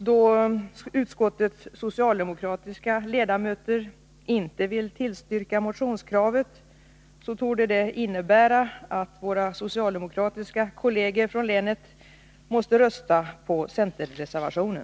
Då utskottets socialdemokratiska ledamöter inte vill tillstyrka motionskravet, torde det innebära att våra socialdemokratiska kolleger från länet måste rösta på centerreservationen.